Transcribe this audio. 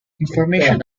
information